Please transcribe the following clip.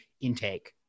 intake